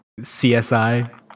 CSI